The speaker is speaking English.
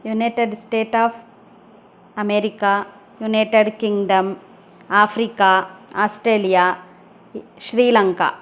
united state of America United Kingdom Africa Australia Sri Lanka